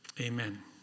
Amen